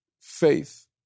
Faith